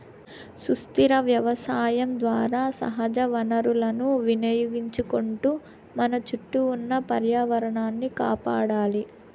సుస్థిర వ్యవసాయం ద్వారా సహజ వనరులను వినియోగించుకుంటూ మన చుట్టూ ఉన్న పర్యావరణాన్ని కాపాడాలి